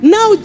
Now